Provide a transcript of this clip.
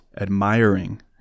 Admiring